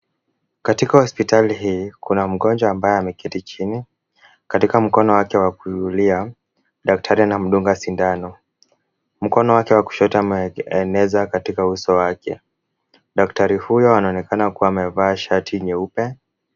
Katika hospitali hii, kuna mgonjwa ambaye ameketi chini. Katika mkono wake wa kulia, daktari anamdunga sindano. Mkono wake wa kushoto ameeneza katika uso wake. Daktari huyo anaonekana kuwa amevaa shati nyeupe.